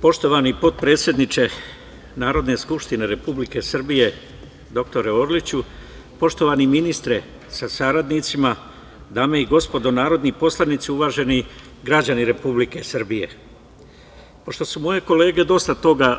Poštovani potpredsedniče Narodne skupštine Republike Srbije, dr Orliću, poštovani ministre sa saradnicima, dame i gospodo narodni poslanici, uvaženi građani Republike Srbije, pošto su moje kolege dosta toga